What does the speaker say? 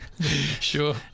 Sure